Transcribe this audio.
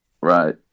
Right